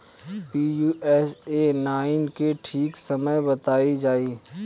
Pusa nine के ठीक समय बताई जाई?